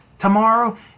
tomorrow